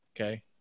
Okay